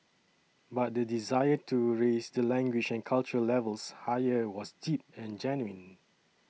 but the desire to raise the language and cultural levels higher was deep and genuine